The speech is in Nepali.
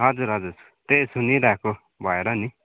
हजुर हजुर त्ययही सुनिरहेको भएर नि